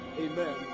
Amen